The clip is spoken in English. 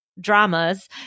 dramas